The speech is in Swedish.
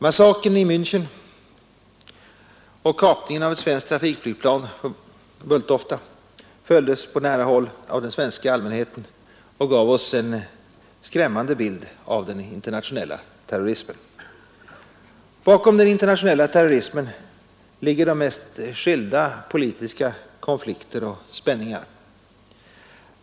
Massakern i Mänchen och kapningen av ett svenskt trafikflygplan följdes på nära håll av den svenska allmänheten och gav oss en skrämmande bild av den internationella terrorismen. Bakom den internationella terrorismen ligger de mest skilda politiska konflikter och spänningar.